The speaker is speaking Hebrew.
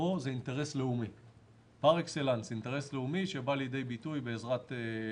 אבל פה זה אינטרס לאומי שבא לידי ביטוי בסיבים,